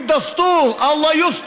(אומר בערבית: בחוקה), אללה יוסתור.